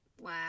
Wow